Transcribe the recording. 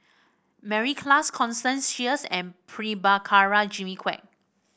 Mary Klass Constance Sheares and Prabhakara Jimmy Quek